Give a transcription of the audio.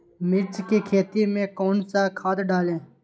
मिर्च की खेती में कौन सा खाद डालें?